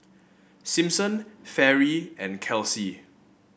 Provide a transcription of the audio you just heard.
Simpson Fairy and Kelsey